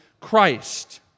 Christ